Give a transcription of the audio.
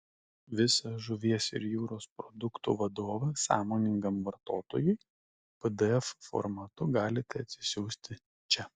visą žuvies ir jūros produktų vadovą sąmoningam vartotojui pdf formatu galite atsisiųsti čia